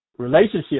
relationship